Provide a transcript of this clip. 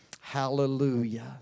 Hallelujah